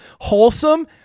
wholesome